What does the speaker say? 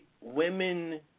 women